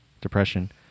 Depression